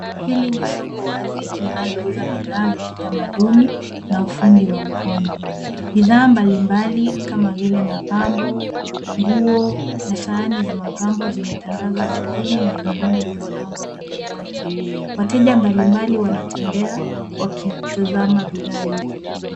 Hili ni soko wazi linaouza bithaa za kitamaduni na ufundi wa mkono. Bithaa mbalimbali kama vile mapambo, nguo, na sahani za mapambo zimetandazwa arthini na zingine zimepangwa kwenye raki, wateja mbalimbali wanatembea wakitazama bithaa hizo.